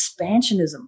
expansionism